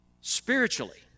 spiritually